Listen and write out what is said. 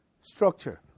structure